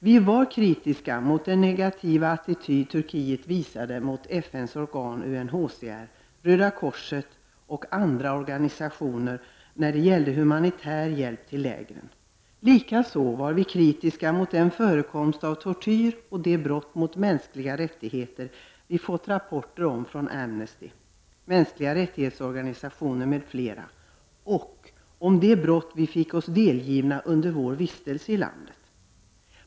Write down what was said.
Vi var kritiska mot den negativa attityd Turkiet visade mot FN:s organ UNHCR, mot Röda korset och mot andra organisationer när det gällde humanitär hjälp till lägren. Likaså var vi kritiska mot den förekomst av tortyr och de brott mot mänskliga rättigheter som vi fått rapporter om från Amnesty, mänskliga rättighets-organisationer m.fl. och mot de brott som vi fick uppgifter om under vår vistelse i landet.